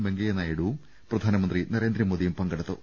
വെങ്കയ്യനായിഡുവും പ്രധാനമന്ത്രി നരേന്ദ്രമോദിയും പങ്കെടുത്തു